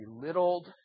belittled